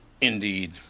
Indeed